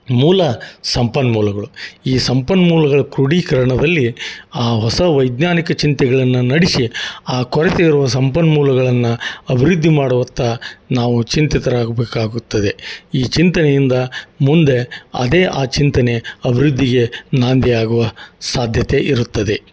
ಮೂಲ ಸಂಪನ್ಮೂಲಗಳು ಈ ಸಂಪನ್ಮೂಲಗಳ ಕ್ರೂಢೀಕರಣದಲ್ಲಿ ಆ ಹೊಸ ವೈಜ್ಞಾನಿಕ ಚಿಂತೆಗಳನ್ನು ನಡೆಸಿ ಆ ಕೊರತೆ ಇರುವ ಸಂಪನ್ಮೂಲಗಳನ್ನು ಅಭಿವೃದ್ಧಿ ಮಾಡುವತ್ತ ನಾವು ಚಿಂತಿತರಾಗಬೇಕಾಗುತ್ತದೆ ಈ ಚಿಂತನೆಯಿಂದ ಮುಂದೆ ಅದೇ ಆ ಚಿಂತನೆ ಅಭಿವೃದ್ಧಿಗೆ ನಾಂದಿಯಾಗುವ ಸಾಧ್ಯತೆ ಇರುತ್ತದೆ